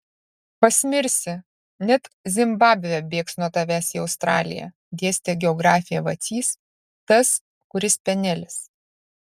pasmirsi net zimbabvė bėgs nuo tavęs į australiją dėstė geografiją vacys tas kuris penelis